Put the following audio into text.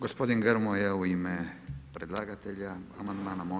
Gospodin Grmoja u ime predlagatelja amandmana